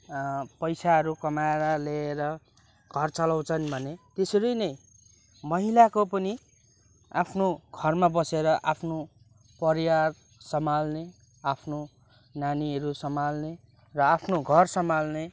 पैसाहरू कमाएर ल्याएर घर चलाउँछन् भने त्यसरी नै महिलाको पनि आफ्नो घरमा बसेर आफ्नो परिवार समाल्ने आफ्नो नानीहरू समाल्ने र आफ्नो घर समाल्ने